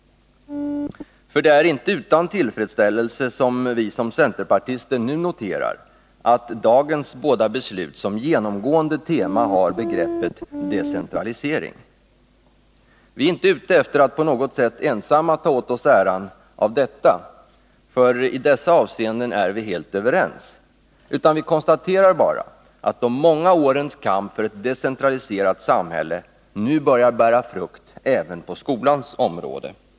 Det är inte utan tillfredsställelse som vi som centerpartister nu noterar att dagens båda beslut som genomgående tema har begreppet decentralisering. Vi ärinte ute efter att på något sätt ensamma ta åt oss äran av detta, för i dessa avseenden är alla helt överens. Vi konstaterar bara att de många årens kamp för ett decentraliserat samhälle nu börjar bära frukt även på skolans område.